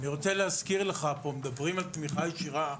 אני רוצה להזכיר לך פה, מדברים על תמיכה ישירה,